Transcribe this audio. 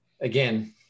again